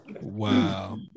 Wow